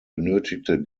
benötigte